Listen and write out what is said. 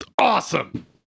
Awesome